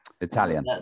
Italian